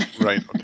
right